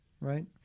right